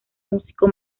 músico